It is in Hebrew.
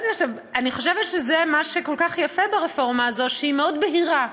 אני חושבת שזה מה שכל כך יפה ברפורמה הזו: היא בהירה מאוד,